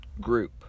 group